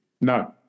no